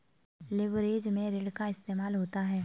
leverage में ऋण का इस्तेमाल होता है